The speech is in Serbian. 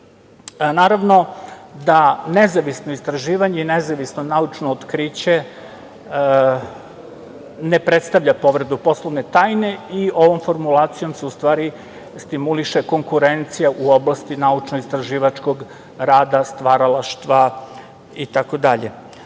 da nezavisno istraživanje i nezavisno naučno otkriće ne predstavlja povredu poslovne tajne i ovom formulacijom se u stvari stimuliše konkurencija u oblasti naučno-istraživačkog rada, stvaralaštva itd.